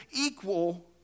equal